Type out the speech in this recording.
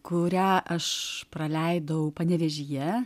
kurią aš praleidau panevėžyje